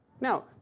Now